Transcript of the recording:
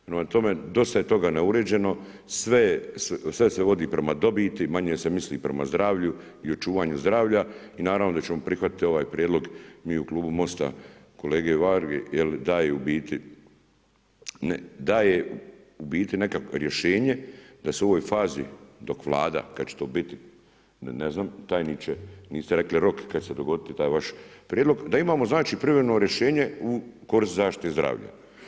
Prema tome, dosta je toga neuređeno, sve se vodi prema dobiti, manje se misli prema zdravlju i očuvanju zdravlja i naravno da ćemo prihvatiti ovaj prijedlog mi u Klubu MOST-a, kolege Varge jer daje u biti, daje u biti nekakvo rješenje da se u ovoj fazi dok Vlada, kada će to biti, ne znam tajniče, niste rekli rok, kada će se dogoditi taj vaš prijedlog, da imamo znači privremeno rješenje u koristi zaštite i zdravlja.